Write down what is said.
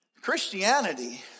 Christianity